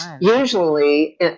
usually